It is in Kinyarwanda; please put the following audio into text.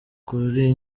kuri